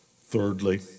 Thirdly